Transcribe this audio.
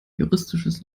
juristisches